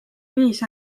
viis